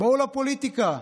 בואו לפוליטיקה,